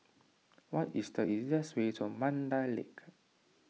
what is the easiest way to Mandai Lake